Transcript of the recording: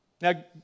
Now